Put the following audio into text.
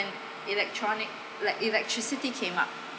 electronic like electricity came up